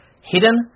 Hidden